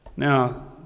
Now